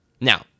Now